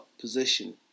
position